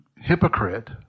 hypocrite